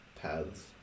paths